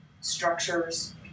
Structures